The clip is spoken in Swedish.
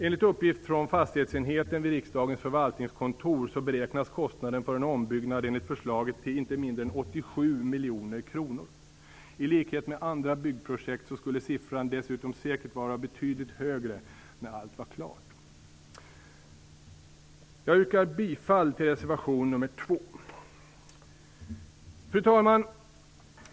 Enligt uppgift från fastighetsenheten vid riksdagens förvaltningskontor beräknas kostnaden för en ombyggnad enligt förslaget till inte mindre än 87 miljoner kronor. I likhet med andra byggprojekt skulle siffran dessutom säkert vara betydligt högre när allt var klart. Jag yrkar bifall till reservation nr 2. Fru talman!